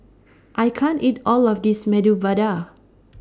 I can't eat All of This Medu Vada